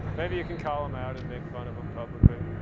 maybe you can call them out and make fun of them publicly.